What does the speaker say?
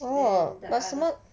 then the other